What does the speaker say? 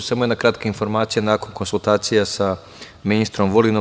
Samo jedna kratka informacija, nakon konsultacija sa ministrom Vulinom.